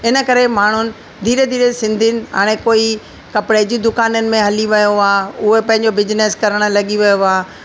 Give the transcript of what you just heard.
इन करे माण्हुनि धीरे धीरे सिंधियुनि हाणे कोई कपिड़े जी दुकाननि में हली वियो आहे उहा पंहिंजो बिजनस करणु लॻी वियो आहे